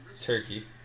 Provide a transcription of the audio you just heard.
Turkey